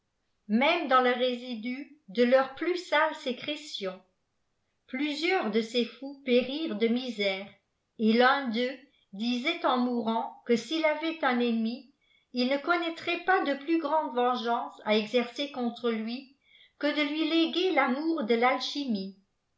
même dans le résidu de leurs plus sales sécrétions plusieurs de ces fous périrent de misère etruii d'eux disait en mourant que s'il avait un ennemi il ne connaîitail pas de plus grande vengeance à exercer contre lui que de luiiéguer râmour devalchimie après les martyrs de l'alchimie